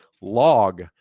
log